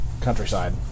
countryside